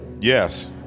Yes